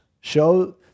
show